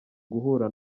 guhura